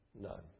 None